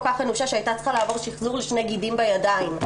כך אנושה שהיתה צריכה לעבור שחזור של שני גידים בידיים.